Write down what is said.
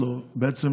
לא, אמרת.